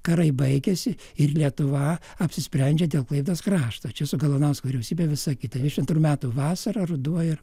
karai baigiasi ir lietuva apsisprendžia dėl klaipėdos krašto čia su galvanausko vyriausybe visa kita dvidešimt antrų metų vasarą ruduo ir